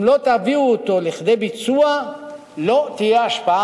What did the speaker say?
אם לא תביאו אותו לכדי ביצוע לא תהיה השפעה